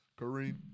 Kareem